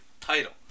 title